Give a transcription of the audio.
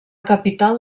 capital